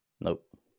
Nope